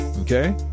Okay